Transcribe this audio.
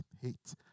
hate